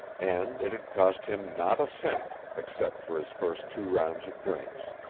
and it had cost him not a cent, except for his first two rounds of drinks.